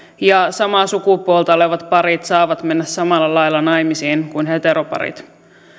ja samaa sukupuolta olevat parit saavat mennä samalla lailla naimisiin kuin heteroparit